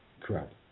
Correct